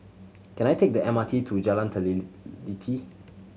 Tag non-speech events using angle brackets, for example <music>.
can I take the M R T to Jalan <unintelligible>